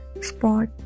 spot